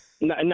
No